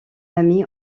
ami